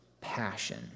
passion